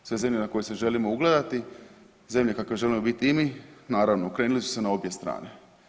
Sve zemlje na koje se želimo ugledati, zemlje kakve želimo biti i mi, naravno okrenuli su se na obje strane.